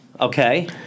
Okay